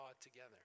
together